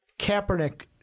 Kaepernick